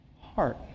Heart